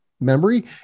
memory